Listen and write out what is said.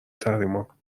تحریما